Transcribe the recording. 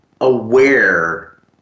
aware